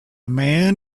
man